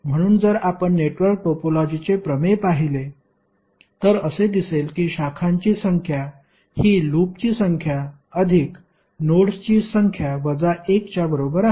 म्हणून जर आपण नेटवर्क टोपोलॉजीचे प्रमेय पाहिले तर असे दिसेल कि शाखांची संख्या हि लूपची संख्या अधिक नोड्सची संख्या वजा 1 च्या बरोबर आहे